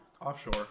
Offshore